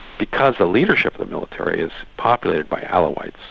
because the leadership of the military is populated by alawites,